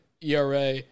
ERA